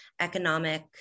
economic